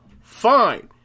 fine